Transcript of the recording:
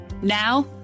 Now